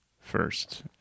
first